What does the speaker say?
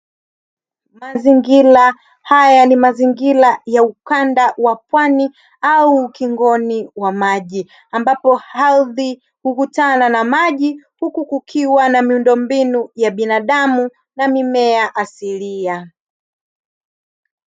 Mazingira haya ni mazingira ya ukanda wa pwani au ukingoni wa maji, ambapo ardhi hukutana na maji huku kukiwa na miundombinu ya binadamu na mimea asilia.